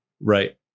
Right